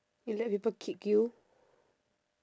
you let people kick you